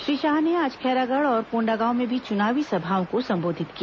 श्री शाह ने आज खैरागढ़ और कोंडागांव में भी चुनावी सभाओं को संबोधित किया